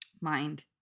mind